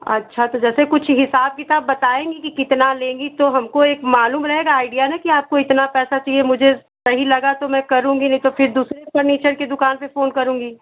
अच्छा तो जैसे कुछ हिसाब किताब बताएँगी कि कितना लेंगी तो हमको एक मालूम रहेगा आइडिया कि आपको इतना पैसा चाहिए मुझे सही लगा तो मैं करूँगी नहीं तो फिर दूसरे फ़र्नीचर की दुकान से फ़ोन करूँगी